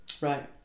right